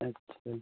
अच्छा